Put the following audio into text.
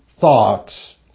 thoughts